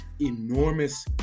enormous